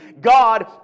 God